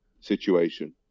situation